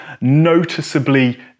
noticeably